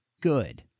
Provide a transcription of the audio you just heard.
good